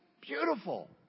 Beautiful